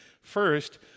First